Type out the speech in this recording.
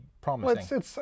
promising